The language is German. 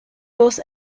los